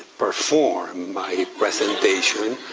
perform my presentation.